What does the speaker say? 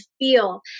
feel